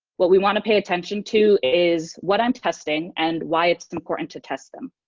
what we want to pay attention to is what i'm testing and why it's important to test them.